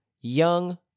young